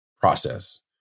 process